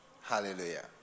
Hallelujah